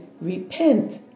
Repent